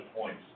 points